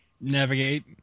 Navigate